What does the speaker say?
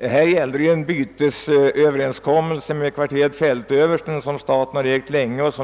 Det gäller en överenskommelse om kvarteret Fältöversten, vilket sedan länge ägts av staten.